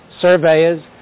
surveyors